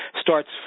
starts